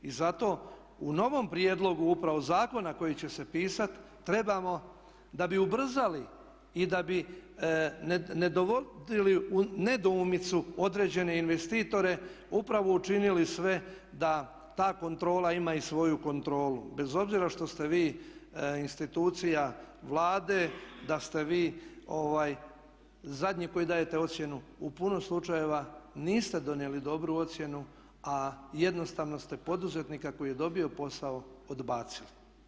I zato u novom prijedlogu upravo zakona koji će se pisati trebamo da bi ubrzali i da bi ne dovodili u nedoumicu određene investitore upravo učinili sve da ta kontrola ima i svoju kontrolu bez obzira što ste vi institucija Vlade da ste vi zadnji koji dajete ocjenu u puno slučajeva, niste donijeli dobru ocjenu a jednostavno ste poduzetnika koji je dobio posao odbacili.